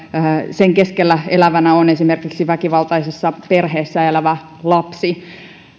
sen keskellä esimerkiksi väkivaltaisessa perheessä elävä lapsi